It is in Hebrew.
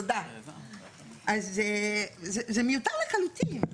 זה מיותר לחלוטין.